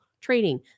training